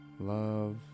Love